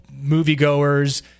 moviegoers